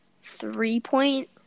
three-point